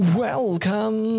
welcome